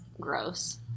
gross